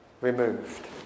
removed